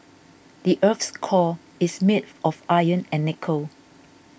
the earth's core is made of iron and nickel